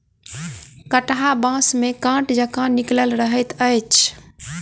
कंटहा बाँस मे काँट जकाँ निकलल रहैत अछि